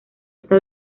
está